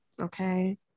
Okay